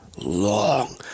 Long